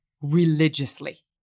religiously